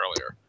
earlier